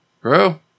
Bro